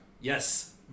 Yes